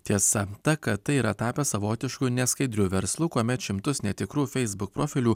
tiesa ta kad tai yra tapę savotišku neskaidriu verslu kuomet šimtus netikrų facebook profilių